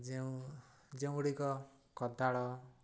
ଯେଉଁ ଯେଉଁଗୁଡ଼ିକ କୋଦାଳ